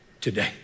today